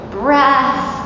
breath